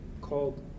Called